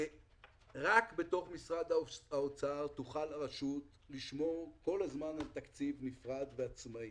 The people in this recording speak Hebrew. רק בתוך משרד האוצר תוכל הרשות לשמור כל הזמן על תקציב נפרד ועצמאי.